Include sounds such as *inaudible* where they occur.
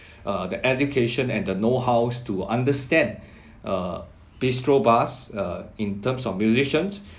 *breath* err the education and the know how to understand err bistro bars uh in terms of musicians